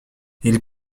ils